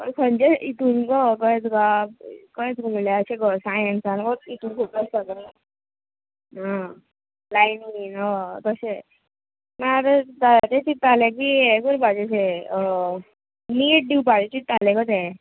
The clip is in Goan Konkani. खंयचे हेतून गो कळें तुका कळें तुका म्हळ्यार अशें गो सायन्सान हेतून सगळें आ लायनो बीन हय तशें मागीर आतां ताजेंच चित्तालें की हें करपाचें शें नीट दिवपाची चित्तालें गो तें